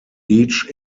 each